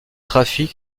trafic